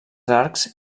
arcs